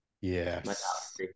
Yes